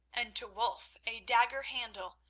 and to wulf a dagger handle,